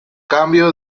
cambió